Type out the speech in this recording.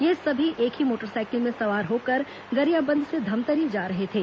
ये सभी एक ही मोटरसाइकिल में सवार होकर गरियाबंद से धमतरी जा रहे थे